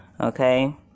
Okay